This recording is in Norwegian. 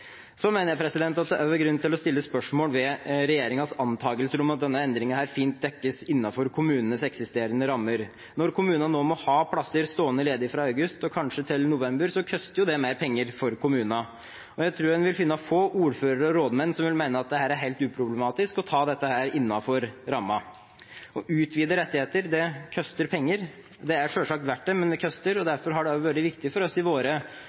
Så mener jeg at det også er grunn til å stille spørsmål ved regjeringens antakelser om at denne endringen fint dekkes innenfor kommunenes eksisterende rammer. Når kommunene nå må ha plasser stående ledig fra august, og kanskje til november, koster det mer penger for kommunene. Jeg tror en vil finne få ordførere og rådmenn som vil mene at det er helt uproblematisk å ta dette innenfor rammen. Å utvide rettigheter koster penger. Det er selvsagt verdt det, men det koster, og derfor har det også vært viktig for oss i våre